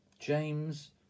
James